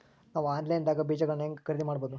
ನಾವು ಆನ್ಲೈನ್ ದಾಗ ಬೇಜಗೊಳ್ನ ಹ್ಯಾಂಗ್ ಖರೇದಿ ಮಾಡಬಹುದು?